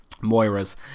Moira's